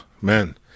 man